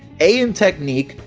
a in technique,